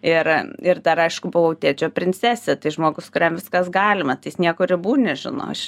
ir ir dar aišku buvau tėčio princesė tai žmogus kuriam viskas galima tai jis nieko ribų nežino aš